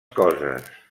coses